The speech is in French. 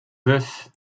veuf